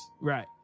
Right